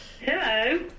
Hello